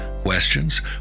questions